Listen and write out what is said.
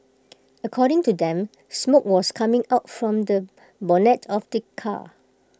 according to them smoke was coming out from the bonnet of the car